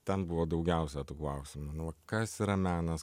ten buvo daugiausia tų klausimų nu va kas yra menas